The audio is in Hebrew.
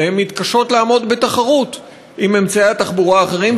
והן מתקשות לעמוד בתחרות עם אמצעי התחבורה האחרים,